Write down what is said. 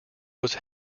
was